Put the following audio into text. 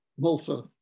Malta